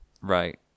Right